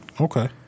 Okay